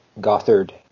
Gothard